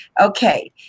Okay